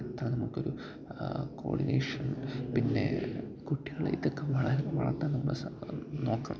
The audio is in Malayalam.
എത്താൻ നമുക്കൊരു കോഡിനേഷൻ പിന്നെ കുട്ടികളില് ഇതൊക്കെ വളർത്താൻ നമ്മള് നോക്കണം